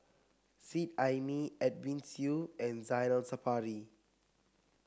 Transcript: Seet Ai Mee Edwin Siew and Zainal Sapari